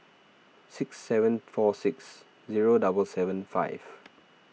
six seven four six seven seven five